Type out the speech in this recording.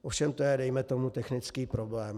Ovšem to je, dejme tomu, technický problém.